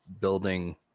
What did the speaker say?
building